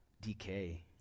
decay